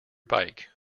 bike